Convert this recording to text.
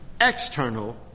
external